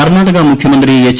കർണാടക മുഖ്യമന്ത്രി എച്ച്